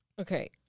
Okay